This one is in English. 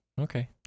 Okay